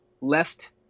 left